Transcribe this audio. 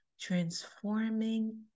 transforming